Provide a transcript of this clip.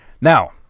Now